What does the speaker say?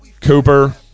Cooper